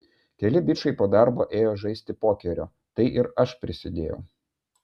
keli bičai po darbo ėjo žaisti pokerio tai ir aš prisidėjau